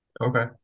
Okay